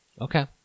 Okay